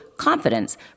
confidence